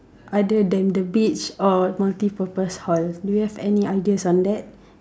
other than the beach or multi purpose hall do you have any ideas on that